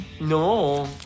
no